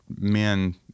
men